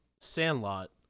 Sandlot